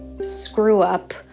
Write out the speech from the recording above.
screw-up